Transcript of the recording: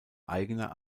eigener